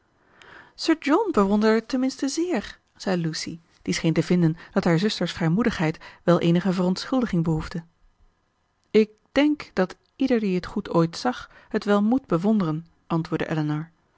ten minste zéér zei lucy die scheen te vinden dat haar zuster's vrijmoedigheid wel eenige verontschuldiging behoefde ik denk dat ieder die het goed ooit zag het wel moet bewonderen antwoordde